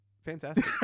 Fantastic